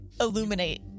illuminate